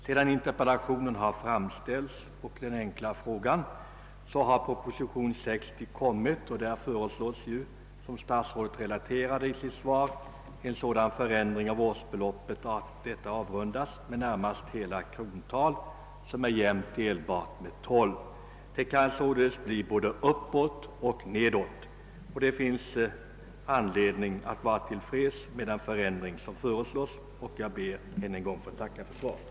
Sedan interpellationen och den enkla frågan framställts har proposition nr 60 framlagts vari föreslås, som statsrådet framhöll i sitt svar, att årsbeloppet avrundas, så att månadsbeloppen slutar på det närmaste hela krontal som är jämnt delbart med tolv. Det kan således slå både uppåt och nedåt, och det finns anledning att vara till freds med den föreslagna ändringen. Jag ber att ännu en gång få tacka för svaret.